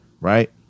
Right